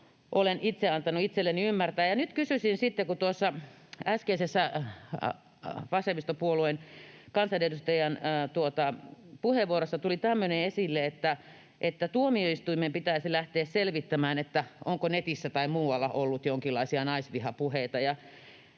olen itse antanut itseni ymmärtää. Nyt kysyisin sitten, kun tuossa äskeisessä vasemmistopuolueen kansanedustajan puheenvuorossa tuli esille tämmöinen, että tuomioistuimen pitäisi lähteä selvittämään, onko netissä tai muualla ollut jonkinlaisia naisvihapuheita